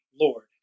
Lord